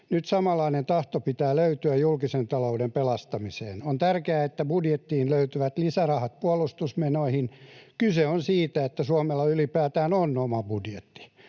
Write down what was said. Nyt samanlainen tahto pitää löytyä julkisen talouden pelastamiseen. On tärkeää, että budjettiin löytyvät lisärahat puolustusmenoihin. Kyse on siitä, että Suomella ylipäätään on oma budjetti.